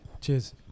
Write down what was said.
Cheers